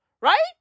right